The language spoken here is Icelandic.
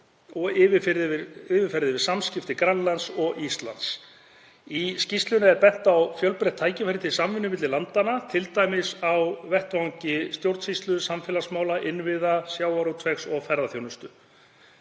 og yfirferð yfir samskipti Grænlands og Íslands. Í skýrslunni er bent á fjölbreytt tækifæri til samvinnu milli landanna, t.d. á vettvangi stjórnsýslu, samfélagsmála, innviða, sjávarútvegs og ferðaþjónustu.